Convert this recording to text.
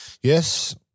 yes